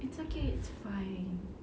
it's okay it's fine